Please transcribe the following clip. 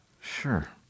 Sure